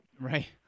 Right